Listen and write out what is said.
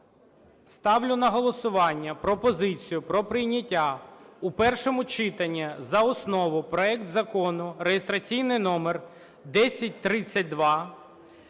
Ставлю на голосування пропозицію про прийняття у першому читанні за основу проект Закону, реєстраційний номер 1032,